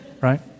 Right